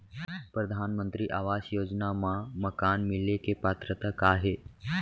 परधानमंतरी आवास योजना मा मकान मिले के पात्रता का हे?